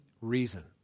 reason